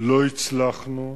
לא הצלחנו.